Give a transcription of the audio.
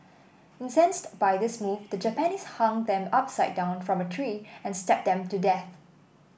incensed by this move the Japanese hung them upside down from a tree and stabbed them to death